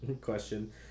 question